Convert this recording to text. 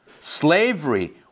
Slavery